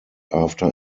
after